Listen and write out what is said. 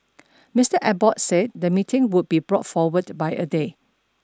Mister Abbott said the meeting would be brought forward by a day